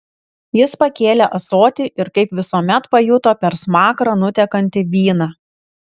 jis pakėlė ąsotį ir kaip visuomet pajuto per smakrą nutekantį vyną